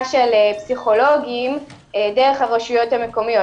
של פסיכולוגים דרך הרשויות המקומיות,